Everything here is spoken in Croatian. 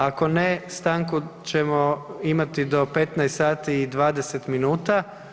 Ako ne, stanku ćemo imati do 15 sati i 20 minuta.